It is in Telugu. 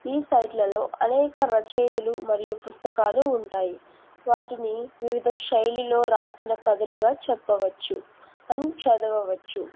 ఈ సైట్లలో అనేక రచయితులు మరియు పుస్తకాలు ఉంటాయి వాటిని వివిధ శైలిలో రాసిన కథలుగా చెప్పవచ్చు అండ్ చదవవచ్చు